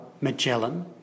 Magellan